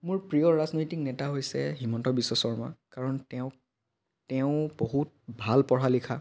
মোৰ প্ৰিয় ৰাজনৈতিক নেতা হৈছে হিমন্ত বিশ্ব শৰ্মা কাৰণ তেওঁক তেওঁ বহুত ভাল পঢ়া লিখা